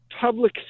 public